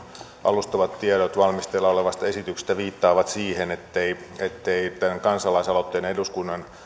alustavat tiedot valmisteilla olevasta esityksestä viittaavat siihen ettei ettei tämän kansalaisaloitteen ja eduskunnan